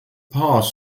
pass